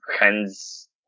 hands